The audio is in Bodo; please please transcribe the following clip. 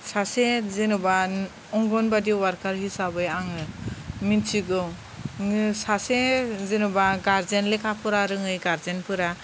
सासे जेनेबा अंगनबादि वार्कार हिसाबै आङो मिन्थिगौ सासे जेनेबा गार्जेन लेखा फरा रोङै गारजेन फोरा